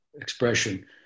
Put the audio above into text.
expression